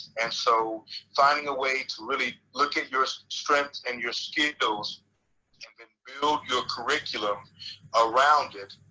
and so finding a way to really look at your strengths and your skills and then build your curriculum around it.